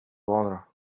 honor